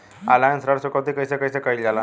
Online ऋण चुकौती कइसे कइसे कइल जाला?